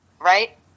right